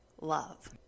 love